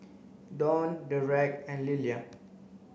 Dawne Dereck and Lillia